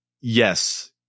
yes